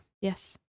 yes